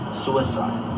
suicide